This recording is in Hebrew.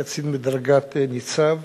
קצין בדרגת ניצב,